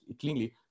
cleanly